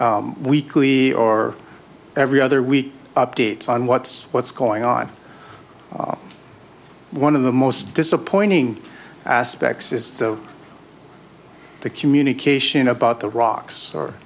weekly or every other week updates on what's what's going on one of the most disappointing aspects is the communication about the rocks or